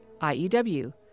IEW